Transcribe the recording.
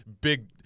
big